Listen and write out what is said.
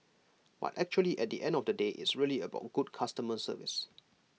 but actually at the end of the day it's really about good customer service